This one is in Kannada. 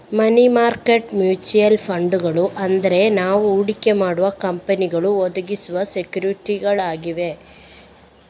ಮನಿ ಮಾರ್ಕೆಟ್ ಮ್ಯೂಚುಯಲ್ ಫಂಡುಗಳು ಅಂದ್ರೆ ನಾವು ಹೂಡಿಕೆ ಮಾಡುವ ಕಂಪನಿಗಳು ಒದಗಿಸುವ ಸೆಕ್ಯೂರಿಟಿಗಳಾಗಿವೆ